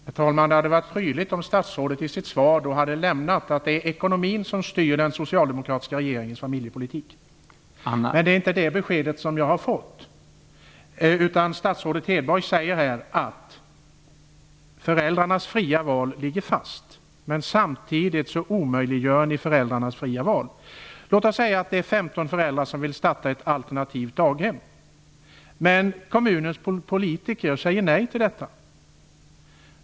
Herr talman! Det hade varit prydligt om statsrådet i sitt svar hade nämnt att det är ekonomin som styr den socialdemokratiska regeringens familjepolitik. Nu är det inte det beskedet som jag har fått. Statsrådet Hedborg säger i stället att föräldrarnas fria val ligger fast, men samtidigt omöjliggör ni föräldrarnas fria val. Låt oss säga att det är 15 föräldrar som vill starta ett alternativt daghem. Kommunens politiker säger nej till detta.